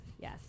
Yes